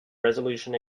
resolution